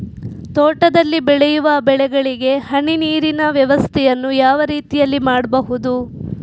ತೋಟದಲ್ಲಿ ಬೆಳೆಯುವ ಬೆಳೆಗಳಿಗೆ ಹನಿ ನೀರಿನ ವ್ಯವಸ್ಥೆಯನ್ನು ಯಾವ ರೀತಿಯಲ್ಲಿ ಮಾಡ್ಬಹುದು?